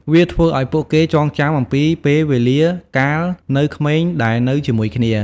វាធ្វើឲ្យពួកគេចងចាំអំពីពេលវេលាកាលនៅក្មេងដែលនៅជាមួយគ្នា។